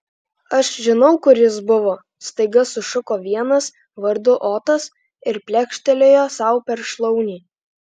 aš žinau kur jis buvo staiga sušuko vienas vardu otas ir plekštelėjo sau per šlaunį